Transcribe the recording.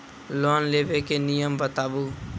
Loan लेबे के नियम बताबू?